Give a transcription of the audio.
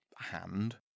hand